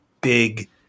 big